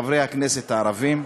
הדחת חברי כנסת ערבים.